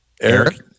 Eric